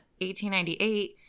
1898